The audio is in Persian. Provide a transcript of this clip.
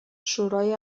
شورای